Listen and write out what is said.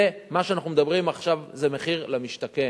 מה שאנחנו מדברים עליו עכשיו זה מחיר למשתכן,